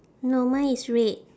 no mine is red